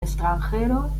extranjero